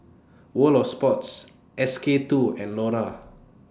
World of Sports S K two and Lora